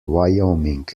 wyoming